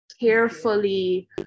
carefully